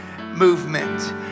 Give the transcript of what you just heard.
movement